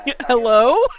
Hello